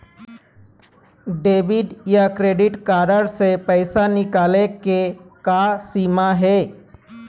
Debit या credit card से पैसा निकाले के का सीमा हे?